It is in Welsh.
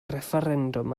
refferendwm